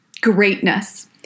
greatness